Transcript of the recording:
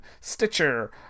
Stitcher